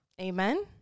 amen